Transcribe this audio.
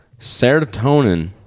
Serotonin